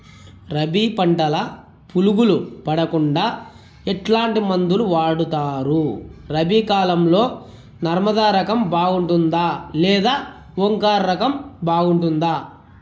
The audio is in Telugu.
రబి పంటల పులుగులు పడకుండా ఎట్లాంటి మందులు వాడుతారు? రబీ కాలం లో నర్మదా రకం బాగుంటుందా లేదా ఓంకార్ రకం బాగుంటుందా?